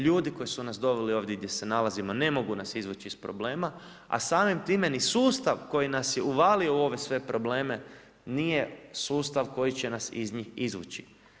Ljudi koji su nas doveli ovdje gdje se nalazimo ne mogu nas izvući iz problema, a samim time ni sustav koji nas je uvalio u ove sve probleme nije sustav koji će nas iz njih izvući.